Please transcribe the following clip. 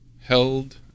held